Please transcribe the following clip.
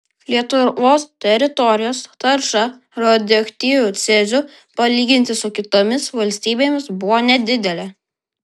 lietuvos teritorijos tarša radioaktyviu ceziu palyginti su kitomis valstybėmis buvo nedidelė